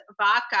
Vodka